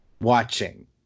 watching